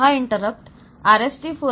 हा interrupt RST 4